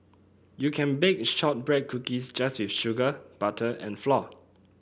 you can bake shortbread cookies just with sugar butter and flour